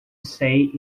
say